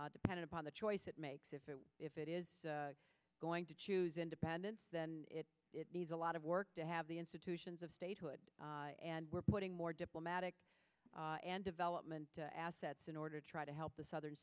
future depended upon the choice it makes if it if it is going to choose independence then it needs a lot of work to have the institutions of statehood and we're putting more diplomatic and development to assets in order to try to help the southern